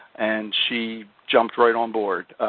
and she jumped right on board.